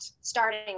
starting